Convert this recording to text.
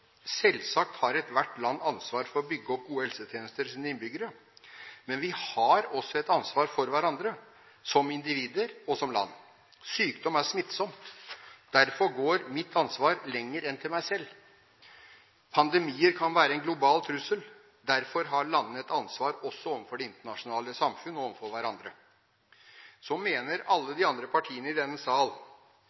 Selvsagt har ethvert land ansvar for å bygge opp gode helsetjenester til sine innbyggere. Men vi har også et ansvar for hverandre, som individer og som land. Sykdom er smittsomt. Derfor går mitt ansvar lenger enn til meg selv. Pandemier kan være en global trussel. Derfor har landene et ansvar også overfor det internasjonale samfunn og overfor hverandre. Så mener alle de andre partiene i denne sal